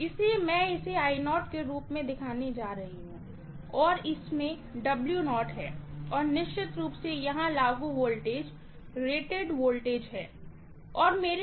इसलिए मैं इसे के रूप में दिखाने जा रही हूँ और इसमें है और निश्चित रूप से यहां लागू वोल्टेज रेटेड वोल्टेज है